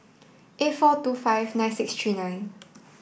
eight four two five nine six tree nine